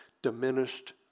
diminished